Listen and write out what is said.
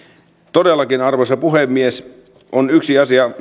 todellakin arvoisa puhemies on yksi asia